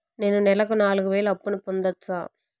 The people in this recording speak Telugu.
నేను నెలకు నాలుగు వేలు అప్పును పొందొచ్చా?